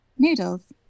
Noodles